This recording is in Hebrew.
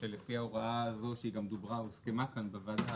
שלפי ההוראה הזו שהיא גם דוברה והוסכמה כאן בוועדה,